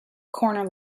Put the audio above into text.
corner